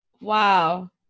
Wow